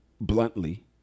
bluntly